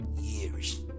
years